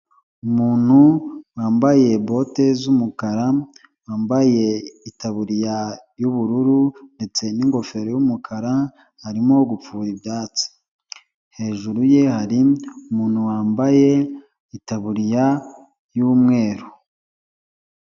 Umuntu wambaye bote z'umukara, wambaye itaburiya y'ubururu ndetse n'ingofero y'umukara arimo gupfura ibyatsi, hejuru ye hari umuntu wambaye itaburiya y'umweru.